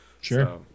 Sure